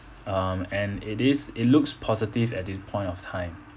um and it is it looks positive at this point of time